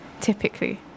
typically